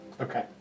okay